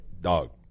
dog